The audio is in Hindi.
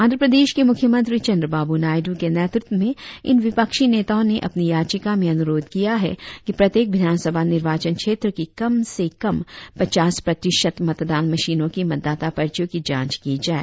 आंध्र प्रदेश के मुख्यमंत्री चंद्रबाबू नायडु के नेतृत्व में इन विपक्षी नेताओं ने अपनी याचिका में अनुरोध किया है कि प्रत्येक विधानसभा निर्वाचन क्षेत्र की कम से कम पचास प्रतिशत मतदान मशीनों की मतदाता पर्चियों की जांच की जाए